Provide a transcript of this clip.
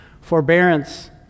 forbearance